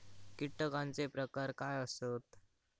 कीटकांचे प्रकार काय आसत?